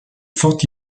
forte